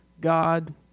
God